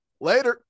Later